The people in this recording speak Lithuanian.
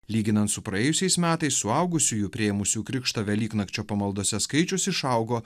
lyginant su praėjusiais metais suaugusiųjų priėmusių krikštą velyknakčio pamaldose skaičius išaugo